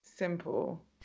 simple